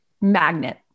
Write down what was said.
magnet